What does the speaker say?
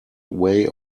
way